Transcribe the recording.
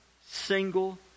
single